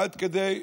עד כדי,